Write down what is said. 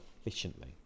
efficiently